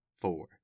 four